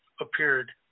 appeared